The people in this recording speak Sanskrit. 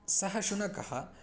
सः शुनकः